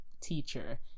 teacher